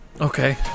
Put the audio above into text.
Okay